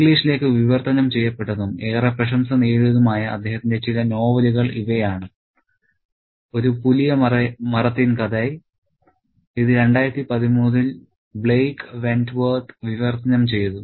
ഇംഗ്ലീഷിലേക്ക് വിവർത്തനം ചെയ്യപ്പെട്ടതും ഏറെ പ്രശംസ നേടിയതുമായ അദ്ദേഹത്തിന്റെ ചില നോവലുകൾ ഇവയാണ് ഒരു പുലിയ മറത്തിൻ കഥൈ ഇത് 2013 ൽ ബ്ലെയ്ക്ക് വെന്റ്വർത്ത് വിവർത്തനം ചെയ്തു